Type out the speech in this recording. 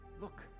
Look